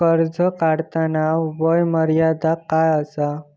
कर्ज काढताना वय मर्यादा काय आसा?